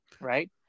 Right